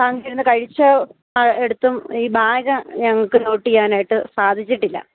മാം ഇരുന്ന് കഴിച്ച ഇടത്തും ഈ ബാഗ് ഞങ്ങൾക്ക് നോട്ട് ചെയ്യാനായിട്ട് സാധിച്ചിട്ടില്ല